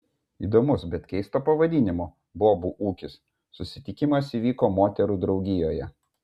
įdomus bet keistoko pavadinimo bobų ūkis susitikimas įvyko moterų draugijoje